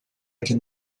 can